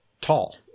tall